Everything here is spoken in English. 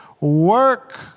work